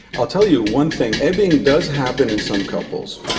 i'll tell you one thing, ebbing does happen in some couples.